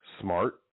smart